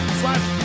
slash